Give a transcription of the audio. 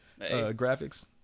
Graphics